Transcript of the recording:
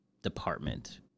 department